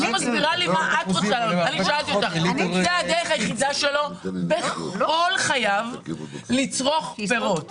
אם זו הדרך היחידה שלו בכל חייו לצרוך פירות,